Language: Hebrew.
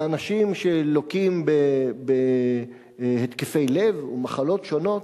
ואנשים שלוקים בהתקפי לב ומחלות שונות